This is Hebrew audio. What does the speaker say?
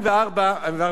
קובע בין היתר